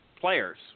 players